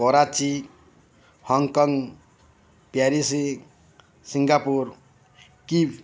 Karachi Hong Kong Paris Singapore Kyiv